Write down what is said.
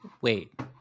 Wait